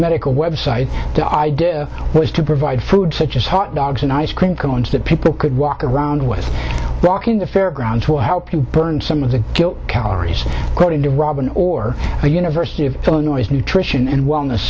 medical website the idea was to provide food such as hot dogs and ice cream cones that people could walk around with walking the fairgrounds will help you burn some of the calories according to robin or the university of illinois nutrition and wellness